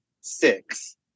six